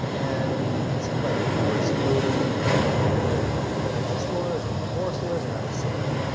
and it seemed like you were exploding, we could find your yogurt in fancy stores, and then more stores around the city,